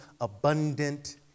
abundant